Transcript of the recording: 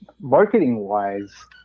Marketing-wise